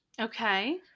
okay